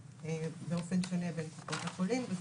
בהנחות מאוד גדולות אבל הם מסוגלים